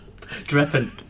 dripping